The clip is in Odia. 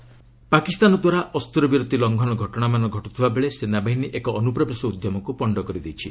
ଜେକେ କିଲ୍ଡ୍ ପାକିସ୍ତାନଦ୍ୱାରା ଅସ୍ତ୍ରବିରତି ଲଙ୍ଘନ ଘଟଣାମାନ ଘଟୁଥିବାବେଳେ ସେନାବାହିନୀ ଏକ ଅନୁପ୍ରବେଶ ଉଦ୍ୟମକୁ ପଣ୍ଡ କରିଦେଇଛି